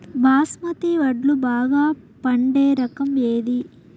బాస్మతి వడ్లు బాగా పండే రకం ఏది